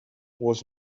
was